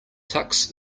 tux